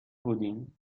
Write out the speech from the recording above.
بودیم